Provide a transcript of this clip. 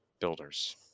builders